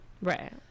right